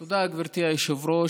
תודה, גברתי היושבת-ראש.